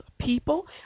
people